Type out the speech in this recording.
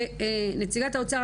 נציגת האוצר,